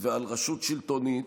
ועל רשות שלטונית